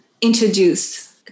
introduce